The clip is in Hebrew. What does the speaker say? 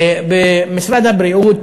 במשרד הבריאות,